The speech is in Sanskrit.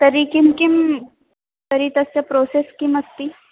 तर्हि किं किं तर्हि तस्य प्रोसेस् किमस्ति